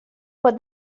for